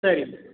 சரிங்க